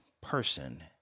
person